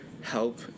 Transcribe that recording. help